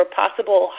possible